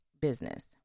business